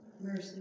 mercy